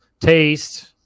Taste